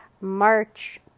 March